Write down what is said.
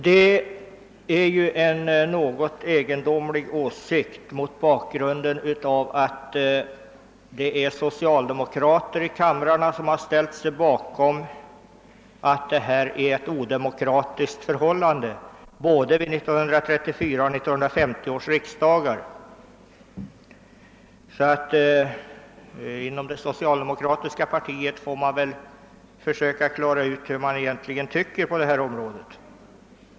Det är en något egendomlig åsikt, mot bakgrund av att socialdemokrater här i kammaren både 1934 och 1950 ställde sig bakom riksdagens uttalande att kollektivanslutningen är odemokratisk. Man får väl inom det socialdemokratiska partiet försöka klara ut vad man egentligen tycker i detta fall.